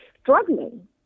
struggling